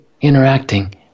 interacting